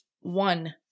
one